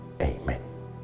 Amen